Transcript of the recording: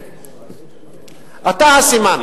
אתה הסימן.